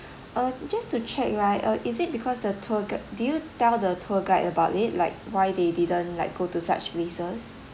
uh just to check right uh is it because the tour guide did you tell the tour guide about it like why they didn't like go to such places